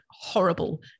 horrible